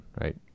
right